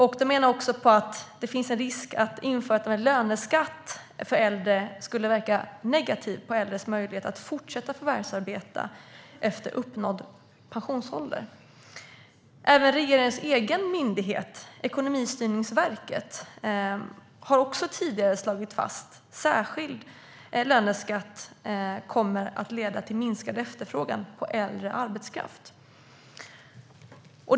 Man menade också att det finns en risk för att införandet av en löneskatt för äldre inverkar negativt på äldres möjlighet att fortsätta förvärvsarbeta efter uppnådd pensionsålder. Dessutom har regeringens egen myndighet, Ekonomistyrningsverket, tidigare slagit fast att en särskild löneskatt kommer att leda till minskad efterfrågan på äldre arbetskraft.